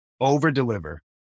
over-deliver